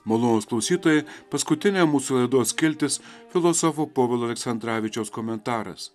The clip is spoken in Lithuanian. malonūs klausytojai paskutinė mūsų laidos skiltis filosofu povilu aleksandravičiaus komentaras